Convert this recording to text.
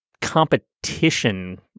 competition